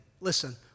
listen